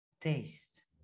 taste